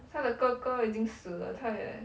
他的哥哥已经死了他也